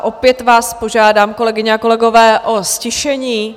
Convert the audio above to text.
Opět vás požádám, kolegyně a kolegové, o ztišení.